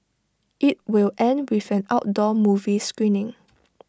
IT will end with an outdoor movie screening